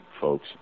folks